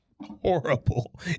horrible